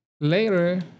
Later